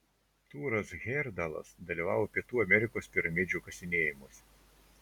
tūras hejerdalas dalyvavo pietų amerikos piramidžių kasinėjimuose